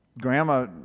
grandma